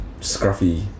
Scruffy